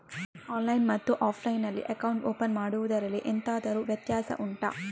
online ಮತ್ತು offline ನಲ್ಲಿ account open ಮಾಡುವುದರಲ್ಲಿ ಎಂತಾದರು ವ್ಯತ್ಯಾಸ ಉಂಟಾ